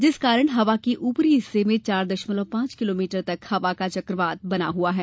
जिस कारण हवा के उपरी हिस्से में चार दशमलव पांच किलोमीटर तक हवा का चक्रवात बना हुआ है